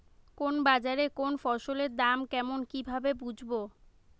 কোন বাজারে কোন ফসলের দাম কেমন কি ভাবে বুঝব?